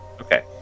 Okay